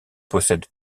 possède